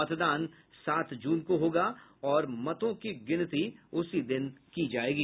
मतदान सात जून को होगा और मतों की गिनती उसी दिन की जायेगी